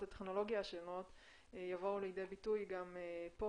הטכנולוגיה השונות יבואו לידי ביטוי גם פה.